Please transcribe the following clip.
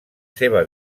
seva